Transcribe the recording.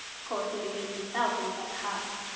of course he behaves himself when he's at the house.